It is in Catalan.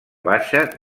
baixa